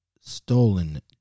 stolen